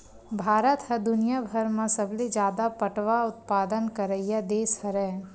भारत ह दुनियाभर म सबले जादा पटवा उत्पादन करइया देस हरय